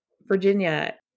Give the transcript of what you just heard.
virginia